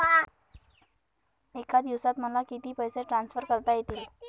एका दिवसात मला किती पैसे ट्रान्सफर करता येतील?